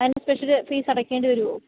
അതിന് special fees അടക്കേണ്ടി വരുമോ